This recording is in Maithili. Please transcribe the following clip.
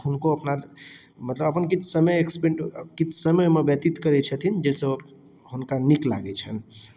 हुनको अपना मतलब अपन किछु समय स्पेंड किछु समय ओहिमे व्यतीत करैत छथिन जाहिसँ हुनका नीक लागैत छनि